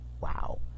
wow